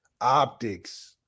optics